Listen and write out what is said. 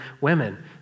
women